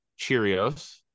Cheerios